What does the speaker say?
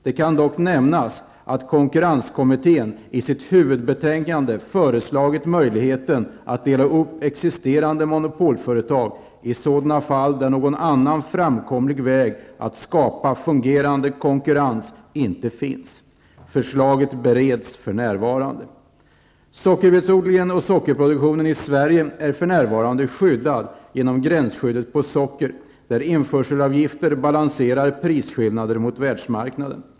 Det kan dock nämnas att konkurrenskommittén i sitt huvudbetänkande föreslagit möjligheten att dela upp existerande monopolföretag i sådana fall där någon annan framkomlig väg att skapa fungerande konkurrens inte finns. Förslaget bereds för närvarande. Sverige är för närvarande skyddad genom gränsskyddet för socker, varigenom införselavgifter balanserar prisskillnader mot världsmarknaden.